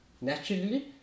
naturally